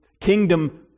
kingdom